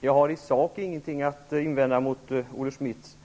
Herr talman! Jag har i sak ingenting att invända mot Olle Schmidts